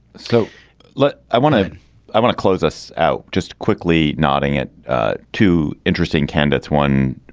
so like i want to i want to close us out just quickly nodding at two interesting candidates. one.